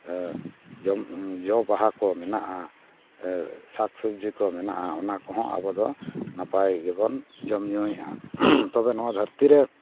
ᱡᱚ ᱵᱟᱦᱟ ᱠᱚ ᱢᱮᱱᱟᱜᱼᱟ ᱥᱟᱠ ᱥᱚᱵᱽᱡᱤ ᱠᱚ ᱢᱮᱱᱟᱜᱼᱟ ᱚᱱᱟ ᱠᱚᱦᱚᱸ ᱟᱵᱚ ᱫᱚ ᱱᱟᱯᱟᱭ ᱜᱮᱵᱚᱱ ᱡᱚᱼᱧᱩᱭᱮᱜᱼᱟ ᱛᱚᱵᱮ ᱱᱚᱣᱟ ᱫᱷᱟᱹᱨᱛᱤ ᱨᱮ